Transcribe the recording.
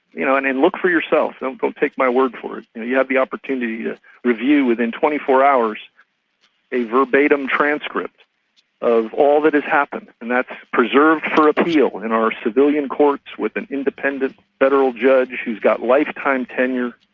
you know and and look for yourself, don't don't take my word for it, you have the opportunity to review within twenty four hours a verbatim transcript of all that has happened, and that's preserved for appeal in our civilian courts with an independent federal judge who's got lifetime tenure.